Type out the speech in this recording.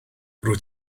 rwyt